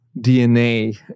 DNA